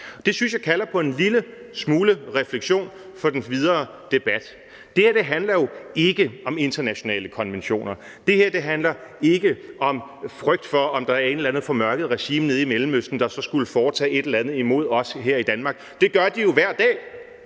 Det synes jeg kalder på en lille smule refleksion for den videre debat. Det her handler jo ikke om internationale konventioner, det her handler ikke om frygt for, om der er et eller andet formørket regime nede i Mellemøsten, der så skulle foretage et eller andet imod os her i Danmark, for det gør de jo hver dag